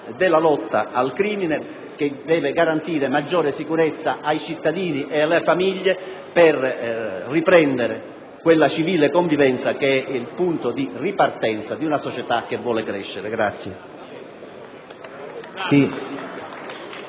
della lotta al crimine che deve garantire maggiore sicurezza ai cittadini e alle famiglie per riprendere quella civile convivenza che è il punto di ripartenza di una società che vuole crescere.